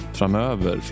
framöver